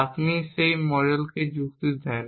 আপনি সেই মডেলকে যুক্তি দেন